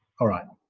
all right,